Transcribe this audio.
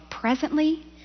presently